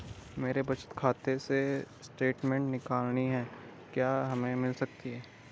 मेरे बचत खाते से स्टेटमेंट निकालनी है क्या हमें मिल सकती है?